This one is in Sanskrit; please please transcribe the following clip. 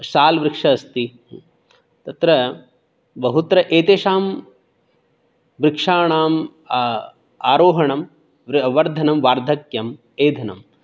सालवृक्षः अस्ति तत्र बहुत्र एतेषां वृक्षाणाम् आरोहणं वृ वर्धनं वार्धक्यम् एधनम्